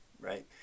right